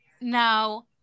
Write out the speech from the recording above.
no